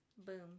boom